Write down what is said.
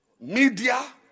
Media